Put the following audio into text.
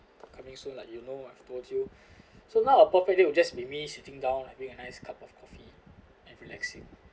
coming soon like you know I've told you so now a perfect date will just be me sitting down like drink a nice cup of coffee and relaxing